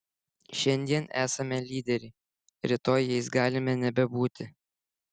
šiandien esame lyderiai rytoj jais galime nebebūti